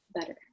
better